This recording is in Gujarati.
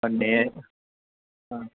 અને હા